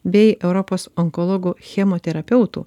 bei europos onkologų chemoterapeutų